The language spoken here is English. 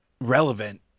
relevant